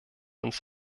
uns